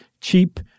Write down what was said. cheap